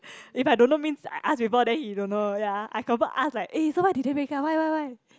if I don't know means I ask before then he don't know ya I confirm ask like eh so why did they break up why why why